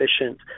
efficient